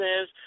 says